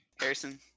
Harrison